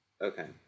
Okay